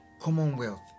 Commonwealth